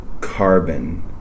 carbon